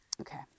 Okay